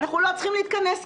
אנחנו לא צריכים להתכנס כאן,